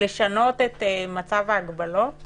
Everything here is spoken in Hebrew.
לשנות את מצב ההגבלות